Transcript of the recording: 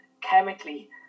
chemically